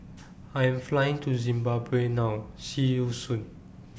I'm Flying to Zimbabwe now See YOU Soon